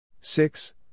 six